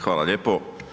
Hvala lijepo.